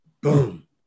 Boom